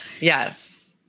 Yes